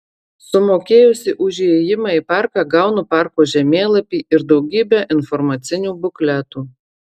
sumokėjusi už įėjimą į parką gaunu parko žemėlapį ir daugybę informacinių bukletų